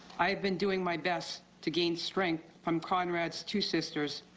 i have been doing my best to gain strength from conrad's two sisters,